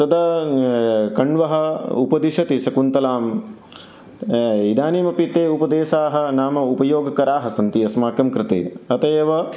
तदा कण्वः उपदिशति शकुन्तलां इदानीमपि ते उपदेशाः नाम उपयोगकराः सन्ति अस्माकं कृते अतः एव